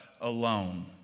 alone